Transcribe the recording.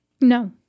No